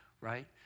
right